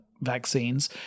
vaccines